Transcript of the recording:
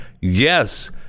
Yes